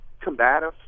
combative